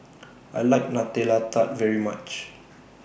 I like Nutella Tart very much